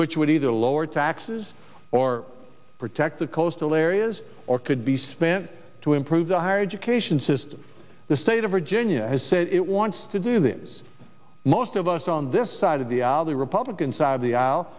which would either lower taxes or protect the coastal areas or could be spent to improve the higher education system the state of virginia has said it wants to do that is most of us on this side of the aisle the republican side of the